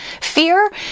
Fear